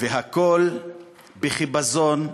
הכול בחיפזון,